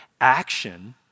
Action